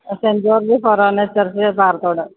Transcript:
cent George forane church Parathodu